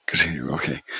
Okay